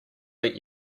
let